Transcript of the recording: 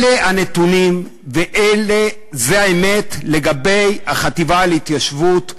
אלה הנתונים וזאת האמת לגבי החטיבה להתיישבות,